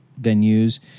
venues